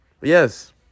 Yes